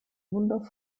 wunder